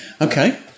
Okay